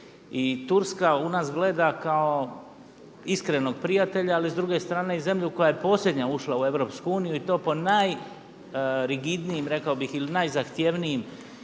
I Turska u nas gleda kao iskrenog prijatelja ali s druge strane i zemlju koja je posljednja ušla u EU i to po najrigidnijim rekao bih ili najzahtjevnijim